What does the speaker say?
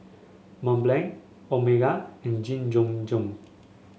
Mont Blanc Omega and Jiom Jiom